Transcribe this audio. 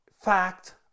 Fact